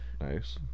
Nice